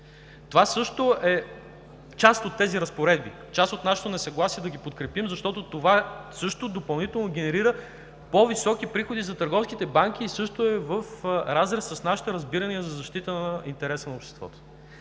Това също е част от тези разпоредби, част от нашето несъгласие да ги подкрепим, защото това също допълнително генерира по-високи приходи за търговските банки и е в разрез с нашите разбирания за защита на интереса на обществото.